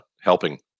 helping